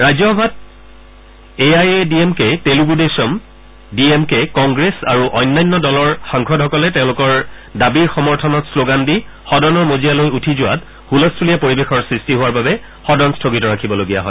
ৰাজ্যসভাত এই I A D M K তেলেগুদেশম D M K Congress আৰু অন্যান্য দলৰ সাংসদসকলে তেওঁলোকৰ দাবীৰ সমৰ্থনত শ্লগান দি সদনৰ মজিয়ালৈ উঠি যোৱাত হুলস্থূলীয়া পৰিৱশেৰ সৃষ্টি হোৱাৰ বাবে সদন স্থগিত ৰাখিব লগীয়া হয়